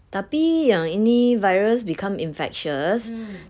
tapi yang ini virus become infectious